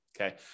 okay